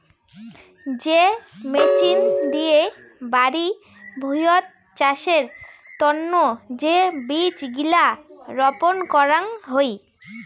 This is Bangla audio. যে মেচিন দিয়ে বাড়ি ভুঁইয়ত চাষের তন্ন যে বীজ গিলা রপন করাং হই